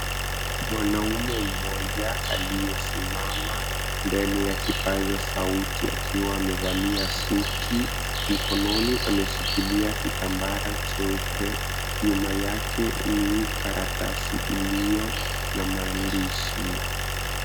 Mwanaume mmoja aliyesimama mbele ya kipaza sauti akiwa amevalia suti mkononi ameshikilia kitambara cheupe, nyuma yake ni karatasi iliyo na maandishi.